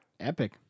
epic